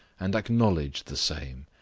and acknowledge the same,